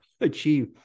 achieve